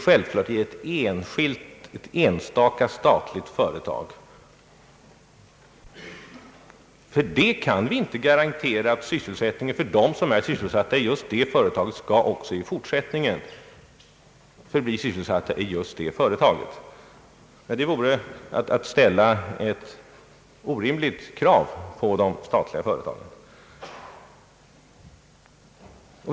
Självfallet kan vi inte för ett enstaka statligt företag garantera sysselsättningen, så att de som är anställda där också i fortsättningen kommer att bli sysselsatta i just det företaget. Det vore att ställa ett orimligt krav på de statliga företagen.